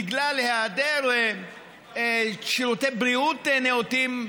בגלל היעדר שירותי בריאות נאותים,